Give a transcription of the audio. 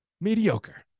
mediocre